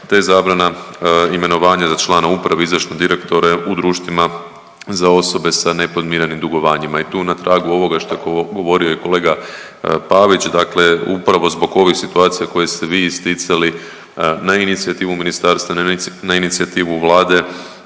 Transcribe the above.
te zabrana imenovanja za člana uprave izvršne direktore u društvima za osobe sa nepodmirenim dugovanjima. I tu na tragu ovoga šta je govorio i kolega Pavić, dakle upravo zbog ovih situacija koje ste vi isticali na inicijativu ministarstva, na inicijativu Vlade